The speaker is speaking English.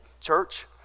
church